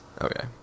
Okay